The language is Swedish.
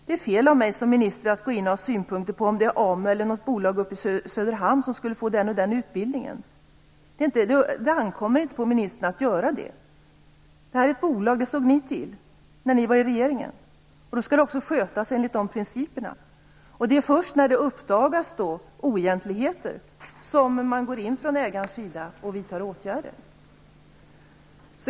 Det är fel av mig som minister att gå in och ha synpunkter på om det är AMU eller något annat bolag uppe i Söderhamn som skall få den och den utbildningen. Det ankommer inte på ministern att göra det. AMU-gruppen är ett bolag - det såg den borgerliga regeringen till. Då skall det också skötas enligt principerna för ett sådant. Först när oegentligheter uppdagas går man in från ägarens sida och vidtar åtgärder.